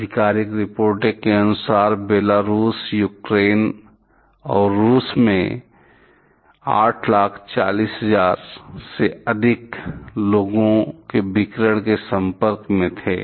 आधिकारिक रिपोर्टों के अनुसार बेलारूस यूक्रेन और रूस में 8400000 से अधिक लोग विकिरण के संपर्क में थे